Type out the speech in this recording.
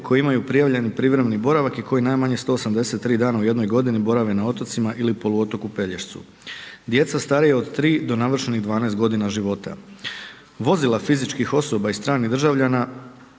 koji imaju prijavljeni privremeni boravak i koji je najmanje 183 dana u jednoj godini, borave na otocima ili poluotoku Pelješcu. Djeca starija od 3 do navršenih 12 g. života. Vozila fizičkih osoba i stranih državljana